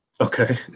Okay